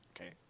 okay